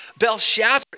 Belshazzar